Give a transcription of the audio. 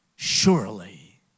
Surely